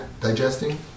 digesting